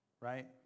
right